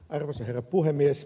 arvoisa herra puhemies